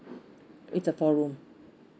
it's a four room